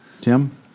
Tim